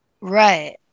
Right